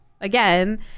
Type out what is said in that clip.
Again